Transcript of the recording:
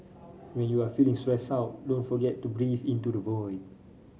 when you are feeling stressed out don't forget to breathe into the void